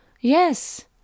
Yes